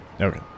Okay